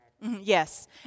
Yes